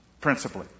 Principally